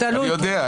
אני יודע.